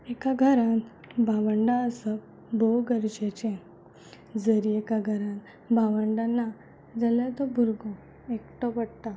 एका घरान भांवडां आसप भोव गरजेचें जर एका घरान भांवडां ना जाल्यार तो भुरगो एकटो पडटा